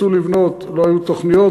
והיות שלא תכננו,